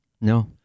No